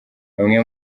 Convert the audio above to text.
bamwe